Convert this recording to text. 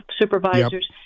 Supervisors